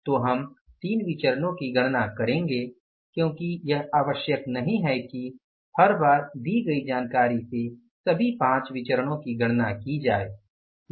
तो हम 3 विचरणो की गणना करेंगे क्योंकि यह आवश्यक नहीं है कि हर बार दी गई जानकारी से सभी 5 विचरणो की गणना की जाये